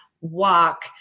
walk